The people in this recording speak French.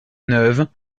neuve